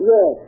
Yes